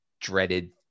dreaded